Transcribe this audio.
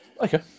okay